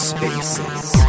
Spaces